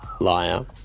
Liar